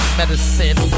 medicine